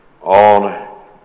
on